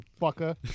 fucker